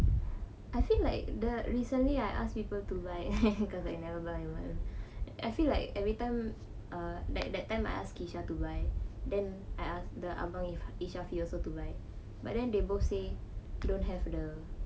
I feel like the recently I asked people to buy cause I never buy on my own I feel like everytime uh like that time I ask kesha to buy then I ask the abang ifa~ ishafi also to buy but then they both say don't have the